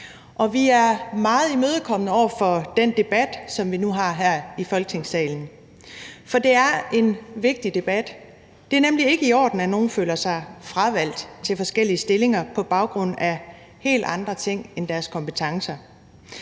Vi er meget imødekommende over for den debat, som vi nu har her i Folketingssalen, for det er en vigtig debat. Det er nemlig ikke i orden, at nogen føler sig fravalgt til forskellige stillinger på baggrund af helt andre ting end deres kompetencer.